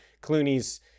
Clooney's